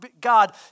God